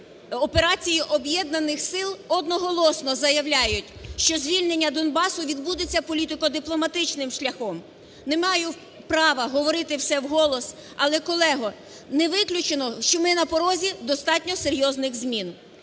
операції Об'єднаних сил одноголосно заявляють, що звільнення Донбасу відбудеться політико-дипломатичним шляхом. Не маю права говорити все вголос, але, колего, не виключено, що ми на порозі достатньо серйозних змін.